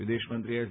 વિદેશમંત્રી એસ